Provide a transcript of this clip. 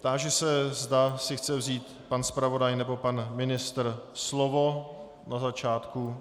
Táži se, zda si chce vzít pan zpravodaj nebo pan ministr slovo na začátku.